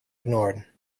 ignored